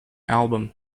album